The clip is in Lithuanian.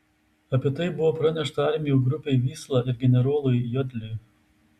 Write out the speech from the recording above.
apie tai buvo pranešta armijų grupei vysla ir generolui jodliui